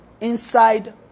inside